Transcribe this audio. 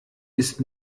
ist